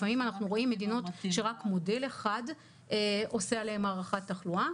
לפעמים אנחנו רואים מדינות שרק מודל אחד עושה עליהן הערכת תחלואה.